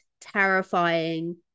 terrifying